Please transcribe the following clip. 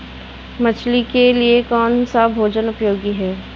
मछली के लिए कौन सा भोजन उपयोगी है?